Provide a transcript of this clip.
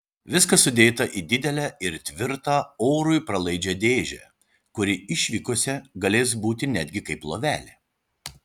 viskas sudėta į didelę ir tvirtą orui pralaidžią dėžę kuri išvykose galės būti netgi kaip lovelė